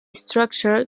structure